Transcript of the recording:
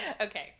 Okay